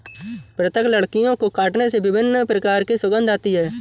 पृथक लकड़ियों को काटने से विभिन्न प्रकार की सुगंध आती है